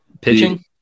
Pitching